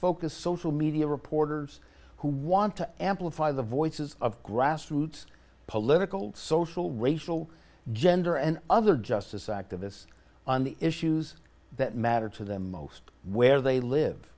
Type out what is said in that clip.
focus social media reporters who want to amplify the voices of grassroots political social racial gender and other justice activists on the issues that matter to them most where they live